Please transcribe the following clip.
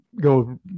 go